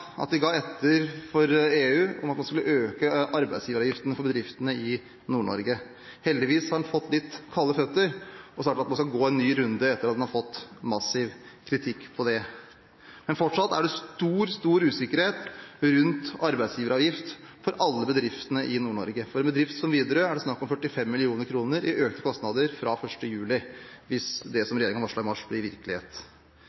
at den ga etter for EU, og at man skal øke arbeidsgiveravgiften for bedriftene i Nord-Norge. Heldigvis har man fått litt kalde føtter og sagt at man skal gå en ny runde etter å ha fått massiv kritikk for det. Men fortsatt er det stor, stor usikkerhet rundt arbeidsgiveravgift for alle bedriftene i Nord-Norge. For en bedrift som Widerøe, er det snakk om 45 mill. kr i økte kostnader fra 1. juli, hvis det